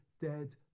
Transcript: dead